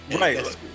Right